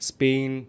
Spain